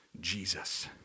Jesus